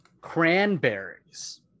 cranberries